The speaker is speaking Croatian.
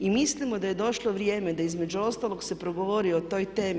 I mislimo da je došlo vrijeme da između ostalog se progovori o toj temi.